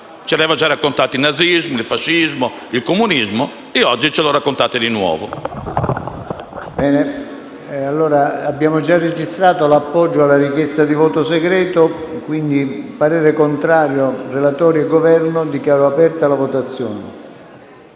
Ce l'hanno già raccontato il nazismo, il fascismo, il comunismo e oggi ce la raccontate di nuovo.